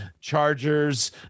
Chargers